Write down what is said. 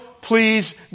please